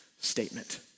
statement